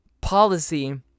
policy